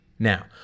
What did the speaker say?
Now